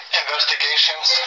investigations